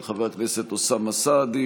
של חבר הכנסת אוסאמה סעדי,